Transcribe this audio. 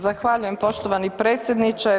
Zahvaljujem poštovani predsjedniče.